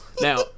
Now